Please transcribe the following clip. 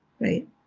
right